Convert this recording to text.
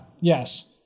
yes